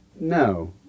No